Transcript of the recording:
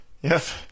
Yes